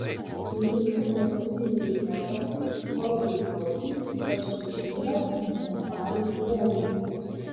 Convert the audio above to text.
leipcigo studijų laikotarpis juozui gruodžiui ypač reikšmingas intelektualiniu požiūriu